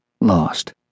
lost